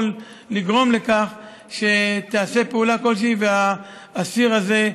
לגרום לכך שתיעשה פעולה כלשהי ושהאסיר הזה,